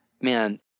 man